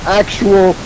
actual